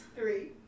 Three